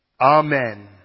Amen